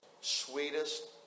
sweetest